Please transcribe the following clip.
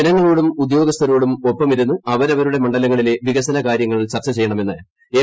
ജനങ്ങളോടും ഉദ്യോഗസ്ഥരോടും ഒപ്പമിരുന്ന് അവരവരുടെ മണ്ഡലങ്ങളിലെ വികസന കാര്യങ്ങൾ ചർച്ച ചെയ്യണമെന്ന് എം